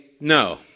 no